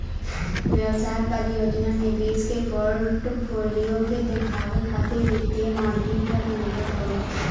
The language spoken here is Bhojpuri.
व्यवसाय परियोजना निवेश के पोर्टफोलियो के देखावे खातिर वित्तीय मॉडलिंग क जरुरत होला